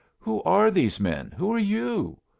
who are these men? who are you?